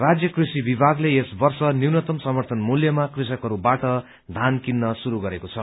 राज्य कृषि विभागले यस वर्ष न्यूनतम समर्थन मूल्यमा कृषकहरूबाट थान किन्न शुरू गरेको छ